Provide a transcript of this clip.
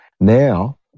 Now